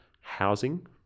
housing